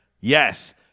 Yes